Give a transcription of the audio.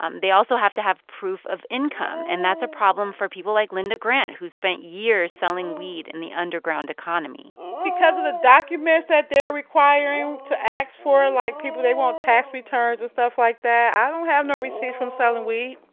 um they also have to have proof of income, and that's a problem for people like linda grant, who spent years selling weed in the underground economy because of the documents that they're requiring to ask for ah like, people they want tax returns and stuff like that. i don't have no receipts from selling weed.